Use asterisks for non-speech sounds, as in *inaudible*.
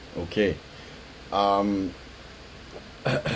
okay um *noise*